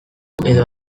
edo